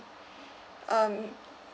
um